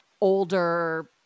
older